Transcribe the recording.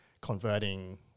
converting